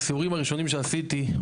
מהסיורים הראשונים שעשיתי,